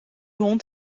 hond